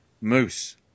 Moose